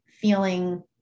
feeling